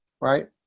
right